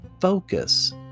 focus